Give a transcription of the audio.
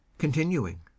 continuing